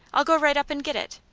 i'll go right up and get it.